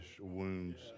wounds